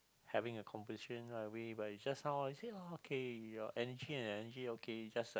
having a conversation what I mean like just now like you say oh okay your energy and energy okay just like